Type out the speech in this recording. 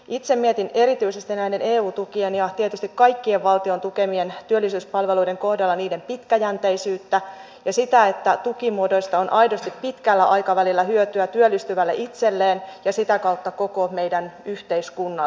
itse mietin erityisesti näiden eu tukien ja tietysti kaikkien valtion tukemien työllisyyspalveluiden kohdalla niiden pitkäjänteisyyttä ja sitä että tukimuodoista on aidosti pitkällä aikavälillä hyötyä työllistyvälle itselleen ja sitä kautta koko meidän yhteiskunnalle